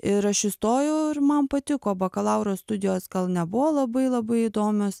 ir aš įstojau ir man patiko bakalauro studijos gal nebuvo labai labai įdomios